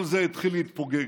כל זה התחיל להתפוגג.